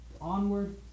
onward